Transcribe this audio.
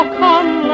come